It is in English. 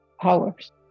powers